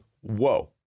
whoa